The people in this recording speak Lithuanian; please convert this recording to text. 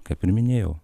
kaip ir minėjau